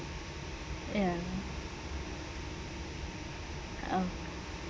ya oh